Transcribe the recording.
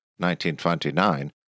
1929